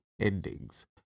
endings